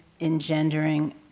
engendering